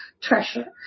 treasure